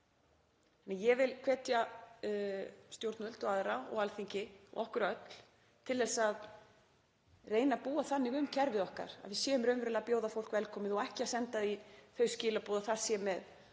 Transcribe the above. verður. Ég vil hvetja stjórnvöld og aðra og Alþingi og okkur öll til að reyna að búa þannig um kerfið okkar að við séum raunverulega að bjóða fólk velkomið og ekki að senda þau skilaboð að það sé með